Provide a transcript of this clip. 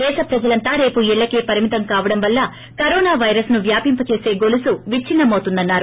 దేశ ప్రజలంతా రేపు ఇళ్లకే పరిమితం కావడం వల్ల కరోనా పైరస్ ను వ్యాపింప చేస గొలుసు విచ్చన్నమవుతుందన్నారు